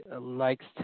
likes